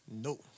Nope